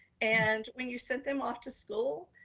and when you sent them off to school,